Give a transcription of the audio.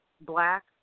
black